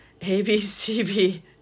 A-B-C-B